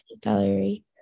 gallery